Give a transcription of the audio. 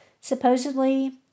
Supposedly